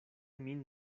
min